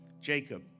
Jacob